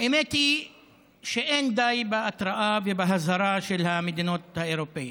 האמת היא שאין די בהתראה ובאזהרה של המדינות האירופיות.